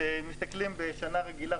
כשמסתכלים על שנה רגילה,